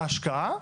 ההשקעה: